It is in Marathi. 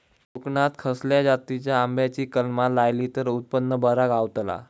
कोकणात खसल्या जातीच्या आंब्याची कलमा लायली तर उत्पन बरा गावताला?